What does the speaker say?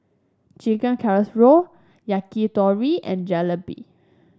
Chicken Casserole Yakitori and Jalebi